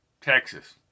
Texas